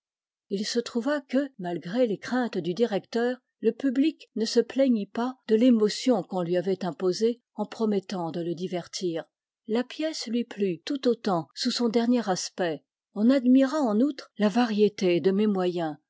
il se trouva que malgré les craintes du directeur le public ne se plaignit pas de l'émotion qu'on lui avait imposée en promettant de le divertir la pièce lui plut tout autant sous son dernier aspect on admira en outre la variété de mes moyens